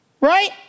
right